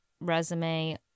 resume